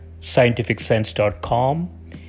scientificsense.com